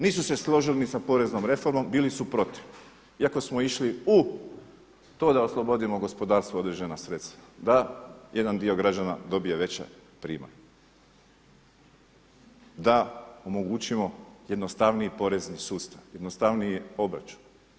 Nisu se složili ni sa poreznom reformom, bili su protiv, iako smo išli u to da oslobodimo gospodarstvo određena sredstva, da jedan dio građana dobije veća primanja, da omogućimo jednostavniji porezni sustav, jednostavniji obračun.